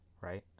right